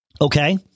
Okay